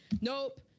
Nope